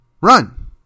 Run